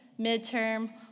midterm